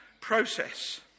process